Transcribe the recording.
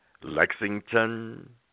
Lexington